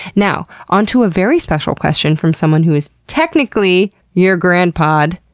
now, onto a very special question from someone who is technically your grandpod,